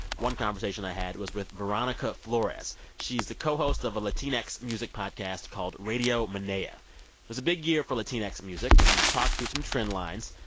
one conversation i had was with veronica flores. she's the cohost of a latinx music podcast called radio menea. it was a big year for latinx music, and we talked through some trend lines.